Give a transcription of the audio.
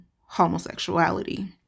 homosexuality